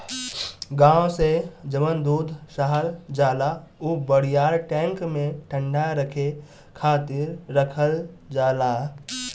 गाँव से जवन दूध शहर जाला उ बड़ियार टैंक में ठंडा रखे खातिर रखल जाला